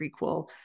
prequel